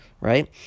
right